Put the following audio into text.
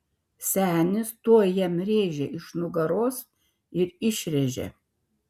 senis tuoj jam rėžį iš nugaros ir išrėžė